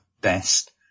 best